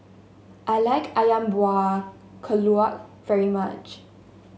I like ayam Buah Keluak very much